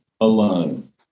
alone